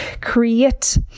create